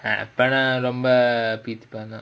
அப்பனா ரொம்ப பீத்திப்பாந்தா:appanaa romba peethippaanthaa